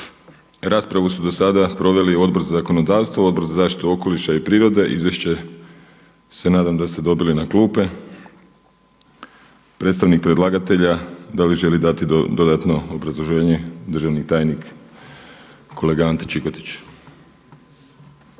Raspravu su do sada proveli Odbor za zakonodavstvo, Odbor za zaštitu okoliša i prirode. Izvješća se nadam da ste dobili na klupe. Predstavnik predlagatelja, da li želi dati dodatno obrazloženje? Državni tajnik kolega Ante Čikotić.